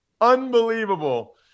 Unbelievable